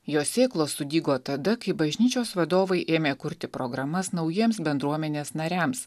jo sėklos sudygo tada kai bažnyčios vadovai ėmė kurti programas naujiems bendruomenės nariams